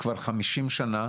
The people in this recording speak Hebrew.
50 שנים.